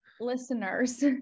listeners